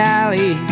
alley